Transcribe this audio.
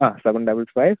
ആ seven double five